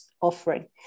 offering